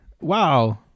Wow